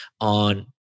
on